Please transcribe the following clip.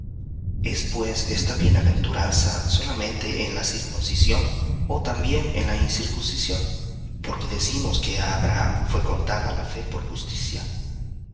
pues esta bienaventuranza en la circuncisión ó también en la incircuncisión porque decimos que á abraham fué contada la fe por justicia